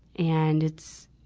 and it's,